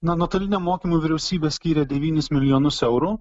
na nuotoliniam mokymui vyriausybė skyrė devynis milijonus eurų